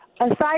aside